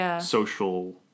social